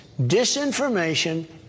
disinformation